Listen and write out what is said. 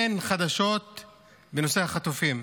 אין חדשות בנושא החטופים.